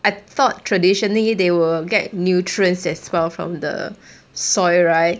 I thought traditionally they will get nutrients as well from the soil right